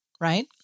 right